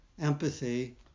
empathy